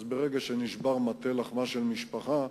אז ברגע שנשבר מטה לחמה של משפחה,